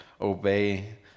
obey